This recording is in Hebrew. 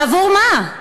ועבור מה?